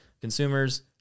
consumers